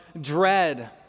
dread